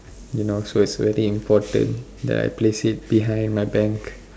you know so it's very important that I place it behind my bank